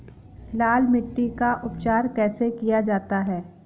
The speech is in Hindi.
लाल मिट्टी का उपचार कैसे किया जाता है?